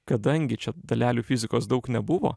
kadangi čia dalelių fizikos daug nebuvo